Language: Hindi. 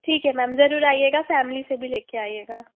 ठीक है मेम ज़रूर आइयेगा फैमिली से भी लेके आइएगा